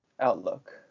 outlook